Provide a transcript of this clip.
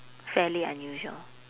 fairly unusual